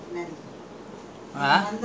அங்க அங்க உங்க:angga angga ungga